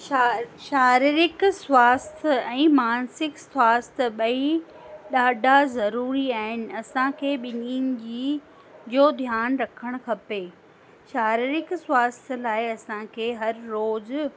शा शारीरिक स्वास्थ्य ऐं मानसिक स्वास्थ्य ॿई ॾाढा ज़रूरी आहिनि असांखे ॿिन्हिनि जी जो ध्यानु रखणु खपे शारीरिक स्वास्थ्य लाइ असांखे हर रोज़ु